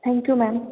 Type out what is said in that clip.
thank you ma'am